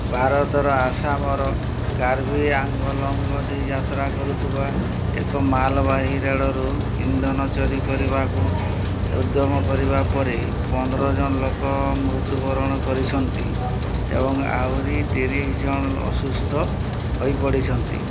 ଭାରତର ଆସାମର କାର୍ବୀ ଆଙ୍ଗଲୋଙ୍ଗ ଦେଇ ଯାତ୍ରା କରୁଥିବା ଏକ ମାଲବାହୀ ରେଳରୁ ଇନ୍ଧନ ଚୋରି କରିବାକୁ ଉଦ୍ୟମ କରିବା ପରେ ପନ୍ଦର ଜଣ ଲୋକ ମୃତ୍ୟୁବରଣ କରିଛନ୍ତି ଏବଂ ଆହୁରି ତିରିଶ ଜଣ ଅସୁସ୍ଥ ହେଇପଡ଼ିଛନ୍ତି